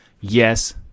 Yes